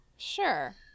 sure